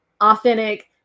authentic